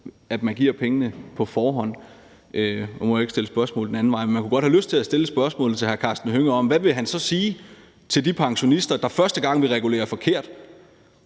den anden vej, men jeg kunne godt have lyst til at stille et spørgsmål til hr. Karsten Hønge om, hvad han så vil sige til de pensionister, der første gang blev reguleret forkert,